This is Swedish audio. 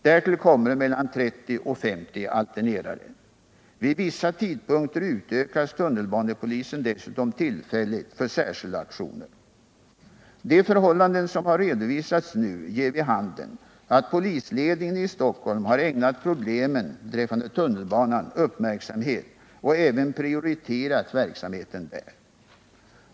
Därtill kommer mellan 30 och 50 alternerare. Vid vissa tidpunkter utökas tunnelbanepolisen dessutom tillfälligt för särskilda aktioner. De förhållanden som har redovisats nu ger vid handen att polisledningen i Stockholm har ägnat problemen beträffande tunnelbanan uppmärksamhet och även prioriterat verksamheten där.